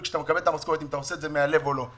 כשאתה מקבל המשכורת תלוי אם אתה עושה את זה מהלב או לא.